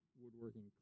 woodworking